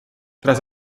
tras